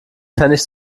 pfennig